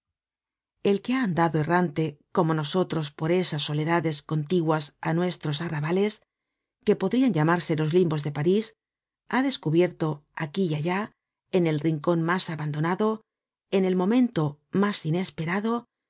el que ha andado errante como nosotros por esas soledades contiguas á nuestros arrabales que podrian llamarse los limbos de parís ha descubierto aquí y allá en el rincon mas abandonado en el momento mas inesperado